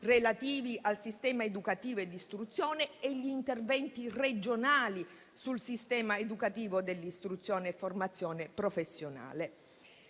relativi al sistema educativo e di istruzione e gli interventi regionali sul sistema educativo dell'istruzione e formazione professionale.